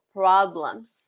problems